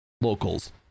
locals